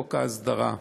חוק ההסדרה.